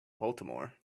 baltimore